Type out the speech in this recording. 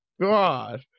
God